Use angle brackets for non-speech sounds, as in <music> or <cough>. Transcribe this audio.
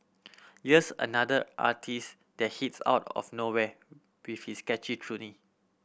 here's another artiste that hits out of nowhere with this catchy <unintelligible>